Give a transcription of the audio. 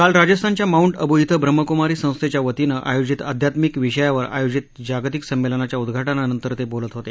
काल राजस्थानच्या माऊंट अबु इथं ब्रम्हकुमारी संस्थेच्या वतीनं आयोजित अध्यात्मिक विषयावर आयोजित जागतिक संमेलनाच्या उद्घाटनानंतर ते बोलत होते